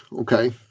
Okay